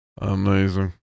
Amazing